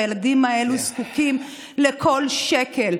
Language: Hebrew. והילדים האלה זקוקים לכל שקל.